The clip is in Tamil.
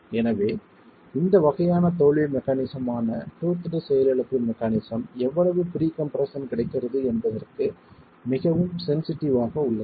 எனவே இந்த வகையான தோல்வி மெக்கானிசம் ஆன டூத்ட் செயலிழப்பு மெக்கானிசம் எவ்வளவு ப்ரீகம்ப்ரஷன் கிடைக்கிறது என்பதற்கு மிகவும் சென்சிடிவ் ஆக உள்ளது